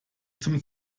zum